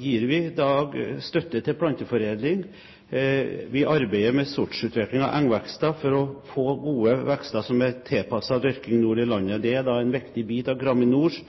gir vi i dag støtte til planteforedling. Vi arbeider med sortsutvikling av engvekster for å få gode vekster som er tilpasset dyrking nord i landet. Det er en viktig bit av Graminors